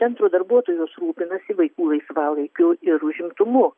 centro darbuotojos rūpinasi vaikų laisvalaikiu ir užimtumu